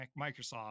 Microsoft